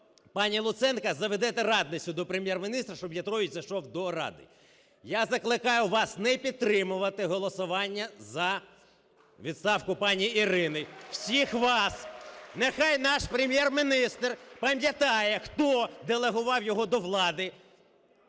пані Луценко заведете радницю до Прем’єр-міністра, щоб В'ятрович зайшов до Ради? Я закликаю вас не підтримувати голосування за відставку пані Ірини всіх вас… (Шум у залі) Нехай наш Прем’єр-міністр пам'ятає, хто делегував його до влади